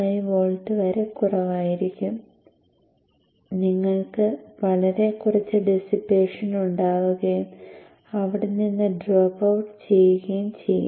5 volt വരെ കുറവായിരിക്കും നിങ്ങൾക്ക് വളരെ കുറച്ച് ഡിസ്സിപ്പേഷൻ ഉണ്ടാകുകയും അവിടെ നിന്ന് ഡ്രോപ്പ് ഔട്ട് ചെയ്യുകയും ചെയ്യും